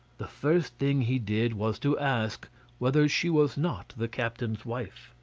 the first thing he did was to ask whether she was not the captain's wife.